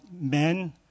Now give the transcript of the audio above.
men